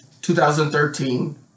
2013